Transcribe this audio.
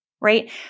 right